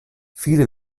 viele